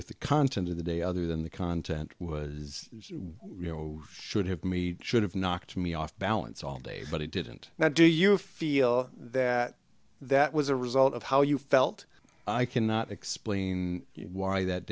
with the content of the day other than the content was you know should have me should have knocked me off balance all day but it didn't now do you feel that that was a result of how you felt i cannot explain why that